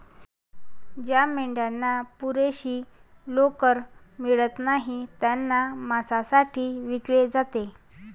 ज्या मेंढ्यांना पुरेशी लोकर मिळत नाही त्यांना मांसासाठी विकले जाते